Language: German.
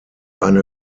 eine